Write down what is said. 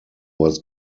was